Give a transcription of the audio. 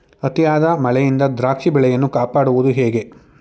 ಅತಿಯಾದ ಮಳೆಯಿಂದ ದ್ರಾಕ್ಷಿ ಬೆಳೆಯನ್ನು ಕಾಪಾಡುವುದು ಹೇಗೆ?